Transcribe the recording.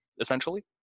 essentially